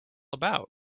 about